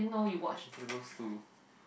Incredibles two